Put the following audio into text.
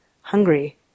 hungry